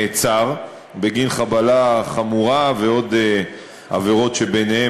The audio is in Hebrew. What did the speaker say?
נעצר בגין חבלה חמורה ועוד עבירות,